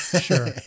Sure